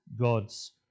gods